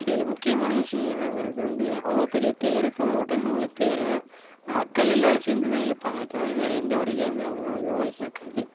இதில் முக்கியமான விஷியம் என்னெங்கிறது அவ்வளோ பெரிய தேரை தொண்ணூறு டன் உள்ள தேரை மக்கள் எல்லோரும் சேர்ந்து தான் இழுப்பங்களே தவிர எந்த ஒரு இயந்திரமோ இதுவோ இயக்காது